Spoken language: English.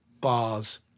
bars